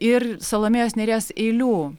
ir salomėjos nėries eilių